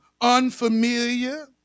unfamiliar